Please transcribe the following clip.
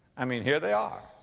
i mean, here they are.